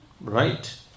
right